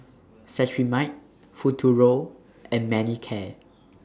Cetrimide Futuro and Manicare